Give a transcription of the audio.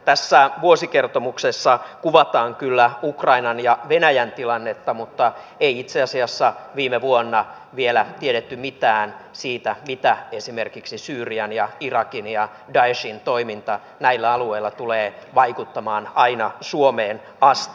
tässä vuosikertomuksessa kuvataan kyllä ukrainan ja venäjän tilannetta mutta ei itse asiassa viime vuonna vielä tiedetty mitään siitä mitä esimerkiksi syyrian ja irakin ja daeshin toiminta näillä alueilla tulee vaikuttamaan aina suomeen asti